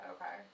Okay